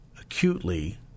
acutely